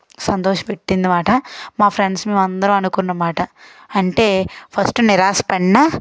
సంతోషపెట్టింది మాట మా ఫ్రెండ్స్ మేము అందరం అనుకున్న మాట అంటే ఫస్టు నిరాశపన్నా